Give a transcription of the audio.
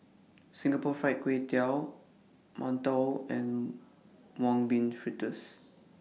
Singapore Fried Kway Tiao mantou and Mung Bean Fritters